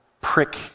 prick